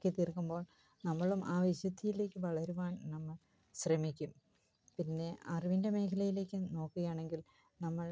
ആക്കിത്തീർക്കുമ്പോൾ നമ്മളും ആ വിശുദ്ധിയിലേക്ക് വളരുവാൻ നമ്മൾ ശ്രമിക്കും പിന്നെ അറിവിൻ്റെ മേഖലയിലേക്ക് നോക്കുകയാണെങ്കിൽ നമ്മൾ